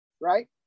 right